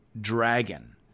dragon